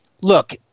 look